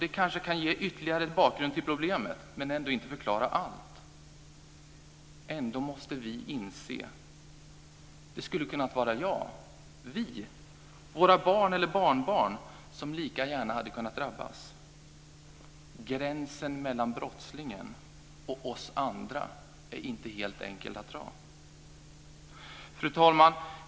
Det kanske kan ge ytterligare bakgrund till problemet men ändå inte förklara allt. Ändå måste vi inse: Det skulle lika gärna ha kunnat vara jag, vi, våra barn eller barnbarn som drabbats. Gränsen mellan brottslingen och oss andra är inte helt enkel att dra. Fru talman!